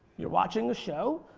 you're watching a show,